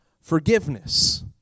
forgiveness